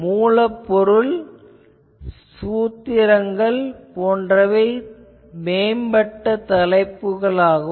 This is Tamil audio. மூலப்பொருள் சூத்திரங்கள் போன்றவை மேம்பட்ட தலைப்புகளாகும்